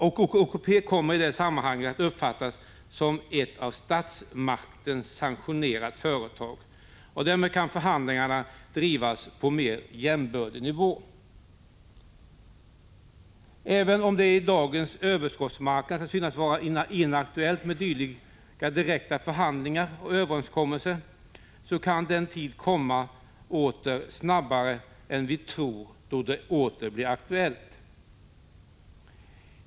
OKP kommer i det sammanhanget att uppfattas som ett av statsmakten sanktionerat företag, och därmed kan förhandlingar bedrivas på mera jämbördig nivå. Även om det i dagens överskottsmarknad kan synas vara inaktuellt med dylika direkta förhandlingar och överenskommelser, kan den tid då detta åter blir aktuellt komma snabbare än vi tror.